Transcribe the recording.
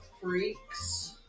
freaks